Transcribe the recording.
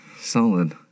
solid